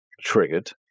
triggered